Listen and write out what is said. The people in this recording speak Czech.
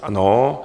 Ano.